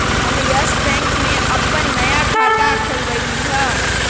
हम Yes Bank में अप्पन नया खाता खोलबईलि ह